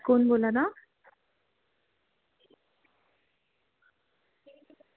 कु'न बोला दा